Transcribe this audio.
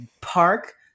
park